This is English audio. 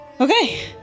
Okay